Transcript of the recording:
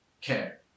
care